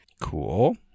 Cool